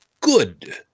good